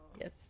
Yes